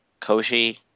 Koshi